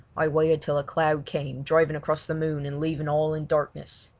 i waited till a cloud came driving across the moon and leaving all in darkness.